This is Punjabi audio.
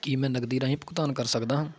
ਕੀ ਮੈਂ ਨਗਦੀ ਰਾਹੀਂ ਭੁਗਤਾਨ ਕਰ ਸਕਦਾ ਹਾਂ